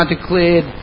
declared